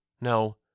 No